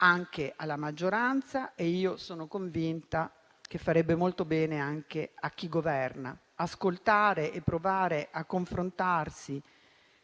anche alla maggioranza e - ne sono convinta - farebbe molto bene anche a chi governa. Ascoltare e provare a confrontarsi